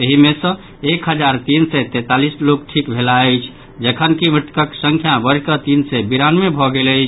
एहि मे सॅ एक हजार तीन सय तैंतालीस लोक ठीक भेलाह अछि जखनकि मृतकक संख्या बढ़िकऽ तीन सय बिरानवे भऽ गेल अछि